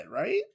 right